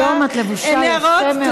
היום את לבושה יפה מאוד.